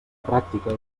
pràctica